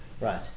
Right